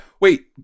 Wait